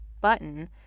button